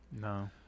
No